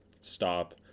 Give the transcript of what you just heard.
stop